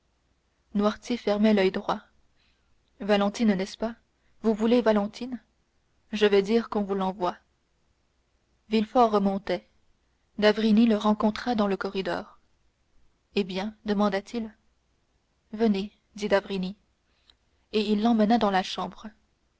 noirtier fermait l'oeil droit valentine n'est-ce pas vous voulez valentine je vais dire qu'on vous l'envoie villefort remontait d'avrigny le rencontra dans le corridor eh bien demanda-t-il venez dit d'avrigny et il l'emmena dans la chambre